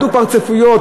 הדו-פרצופיות,